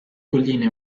colline